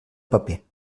paper